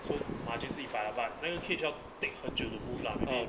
so margin 是一百 lah but 那个 cage 要 take 很久 to move lah